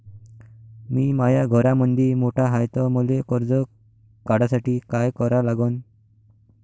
मी माया घरामंदी मोठा हाय त मले कर्ज काढासाठी काय करा लागन?